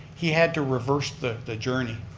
he had to reverse the the journey.